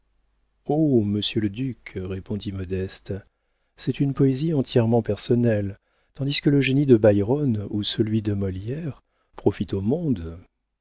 oh monsieur le duc répondit modeste c'est une poésie entièrement personnelle tandis que le génie de byron ou celui de molière profitent au monde